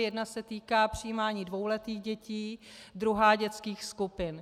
Jedna se týká přijímání dvouletých dětí, druhá dětských skupin.